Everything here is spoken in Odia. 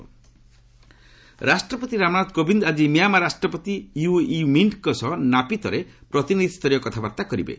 ପ୍ରେଜ୍ ମିଆଁମାର ରାଷ୍ଟ୍ରପତି ରାମନାଥ କୋବିନ୍ଦ ଆଜି ମିଆଁମାର ରାଷ୍ଟ୍ରପତି ୟୁ ଓ୍ବି ମିଣ୍ଟ୍କ ସହ ନାପିତରେ ପ୍ରତିନିଧିସ୍ତରୀୟ କଥାବାର୍ତ୍ତା କରିବେ